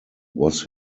was